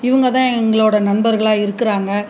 இவங்க தான் எங்களோடய நண்பர்களாக இருக்கிறாங்க